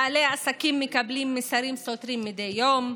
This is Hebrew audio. בעלי עסקים מקבלים מסרים סותרים מדי יום,